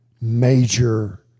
major